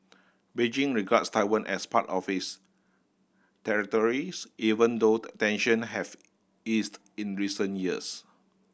Beijing regards Taiwan as part of its territories even though tension have eased in recent years